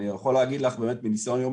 אני יכול להגיד לך באמת בניסיון יום